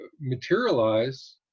materialize